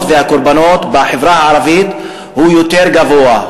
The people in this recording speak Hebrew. והקורבנות בחברה הערבית הוא יותר גבוה,